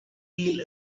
eel